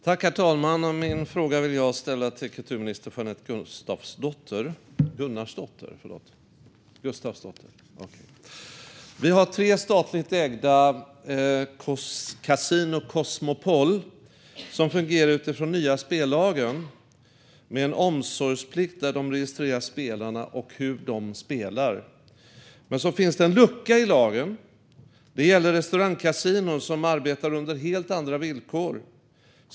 Herr talman! Jag vill ställa min fråga till kulturminister Jeanette Gustafsdotter. Vi har tre statligt ägda kasinon under namnet Casino Cosmopol. De fungerar utifrån den nya spellagen med omsorgsplikt. De registrerar spelarna och hur de spelar. Men så finns det en lucka i lagen. Den gäller restaurangkasinon, som arbetar under helt andra villkor.